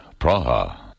Praha